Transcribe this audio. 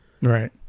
Right